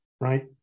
right